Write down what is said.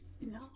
No